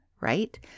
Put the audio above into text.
right